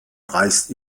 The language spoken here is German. reißt